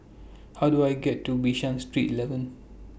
How Do I get to Bishan Street eleven